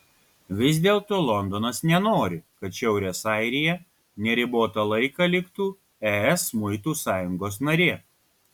vis dėlto londonas nenori kad šiaurės airija neribotą laiką liktų es muitų sąjungos narė